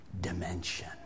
dimension